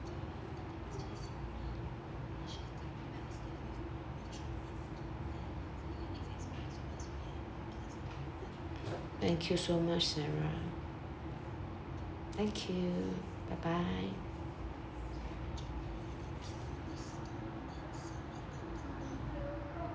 thank you so much sarah thank you bye bye